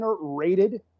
rated